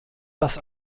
dass